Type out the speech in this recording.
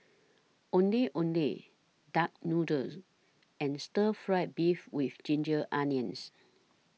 Ondeh Ondeh Duck Noodles and Stir Fried Beef with Ginger Onions